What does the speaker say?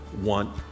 want